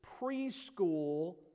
preschool